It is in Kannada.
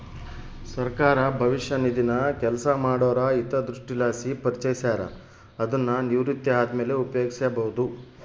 ಸರ್ಕಾರ ಭವಿಷ್ಯ ನಿಧಿನ ಕೆಲಸ ಮಾಡೋರ ಹಿತದೃಷ್ಟಿಲಾಸಿ ಪರಿಚಯಿಸ್ಯಾರ, ಅದುನ್ನು ನಿವೃತ್ತಿ ಆದ್ಮೇಲೆ ಉಪಯೋಗ್ಸ್ಯಬೋದು